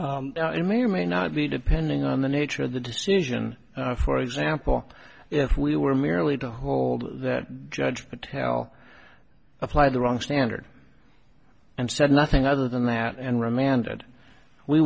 and may or may not be depending on the nature of the decision for example if we were merely to hold that judge patel applied the wrong standard and said nothing other than that and remanded we